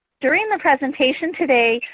during the presentation today,